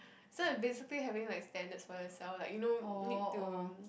so I'm basically having like standards for yourself you know need to